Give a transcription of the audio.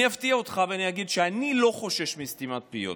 אני אפתיע אותך ואני אגיד שאני לא חושש מסתימת פיות.